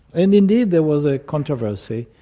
and indeed there was a controversy.